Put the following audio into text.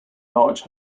large